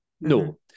No